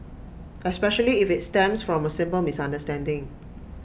especially if IT stems from A simple misunderstanding